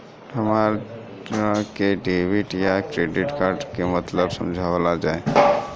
हमरा के डेबिट या क्रेडिट कार्ड के मतलब समझावल जाय?